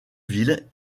ville